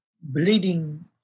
bleeding